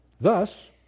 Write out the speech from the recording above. Thus